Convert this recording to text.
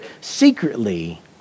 Secretly